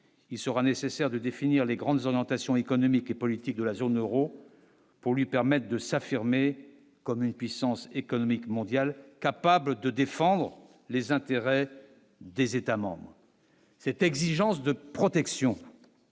il sera nécessaire de définir les grandes orientations économiques et politiques de la zone Euro. Pour lui permettent de s'affirmer comme une puissance économique mondiale capable de défendre les intérêts des États-membres, c'est exigence de protection